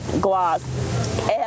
gloss